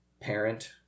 parent